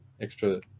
extra